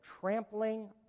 trampling